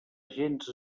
gens